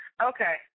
Okay